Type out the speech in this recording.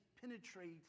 penetrate